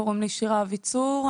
קוראים לי שירה אביצור,